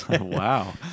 Wow